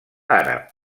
àrab